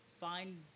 Find